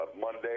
Monday